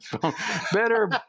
better